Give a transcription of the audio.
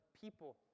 people